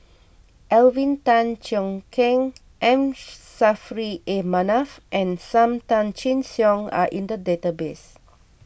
Alvin Tan Cheong Kheng M Saffri A Manaf and Sam Tan Chin Siong are in the database